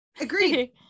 agreed